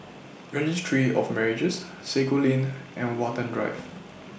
Registry of Marriages Sago Lane and Watten Drive